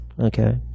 okay